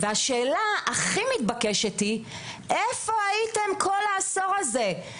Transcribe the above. השאלה הכי מתבקשת היא איפה הייתם כל העשור הזה.